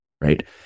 right